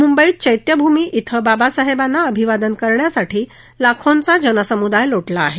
मुंबईत चस्क्रिमेमी क्षे बाबासाहेबांना अभिवादन करण्यासाठी लाखोंचा जनसमुदाय लोटला आहे